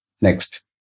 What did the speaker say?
Next